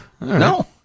no